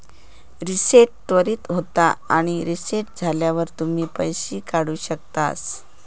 reset त्वरीत होता आणि रीसेट झाल्यावर तुम्ही पैशे काढु शकतास